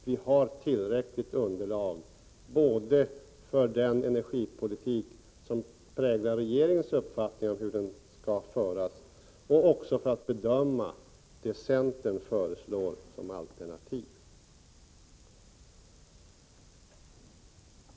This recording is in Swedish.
Vi har tillräckligt underlag både för den energipolitik som enligt regeringens uppfattning skall föras och när det gäller att bedöma vad centern föreslår som alternativ.